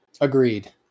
Agreed